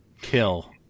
kill